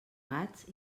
gats